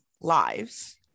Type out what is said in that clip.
lives